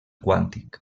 quàntic